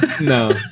No